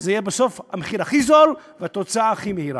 זה יהיה בסוף המחיר הכי זול והתוצאה הכי מהירה.